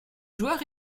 joueurs